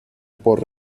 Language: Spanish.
por